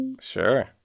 Sure